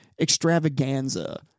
extravaganza